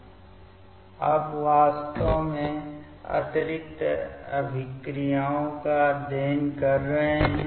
अब हम वास्तव में अतिरिक्त अभिक्रियाओं का अध्ययन कर रहे हैं